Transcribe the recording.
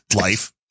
life